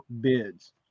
bids